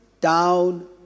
down